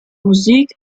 musik